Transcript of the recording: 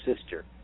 sister